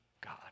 God